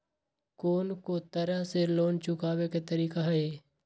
कोन को तरह से लोन चुकावे के तरीका हई?